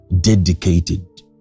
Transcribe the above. dedicated